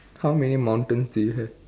how many mountains do you have